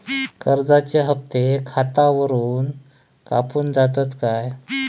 कर्जाचे हप्ते खातावरून कापून जातत काय?